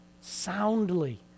soundly